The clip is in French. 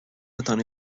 atteint